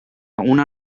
una